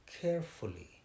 carefully